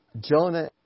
Jonah